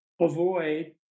avoid